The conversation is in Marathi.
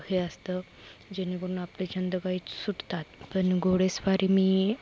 हे असतं जेणेकरून आपले छंद काहीच सुटतात पण घोडेस्वारी मी